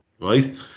right